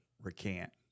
recant